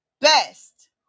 best